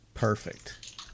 Perfect